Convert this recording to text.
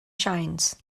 shines